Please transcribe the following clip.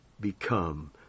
become